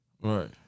Right